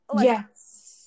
Yes